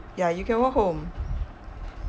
ya you can walk home